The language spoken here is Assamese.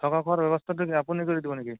থকা খোৱাৰ ব্যৱস্থাটো কি আপুনি কৰি দিব নেকি